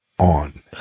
On